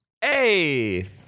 hey